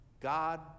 God